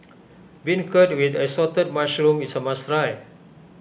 Beancurd with Assorted Mushrooms is a must try